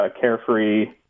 carefree